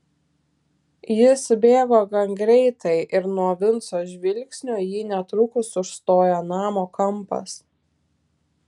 jis bėgo gan greitai ir nuo vinco žvilgsnio jį netrukus užstojo namo kampas